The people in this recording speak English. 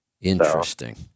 Interesting